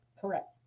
correct